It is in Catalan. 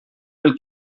mil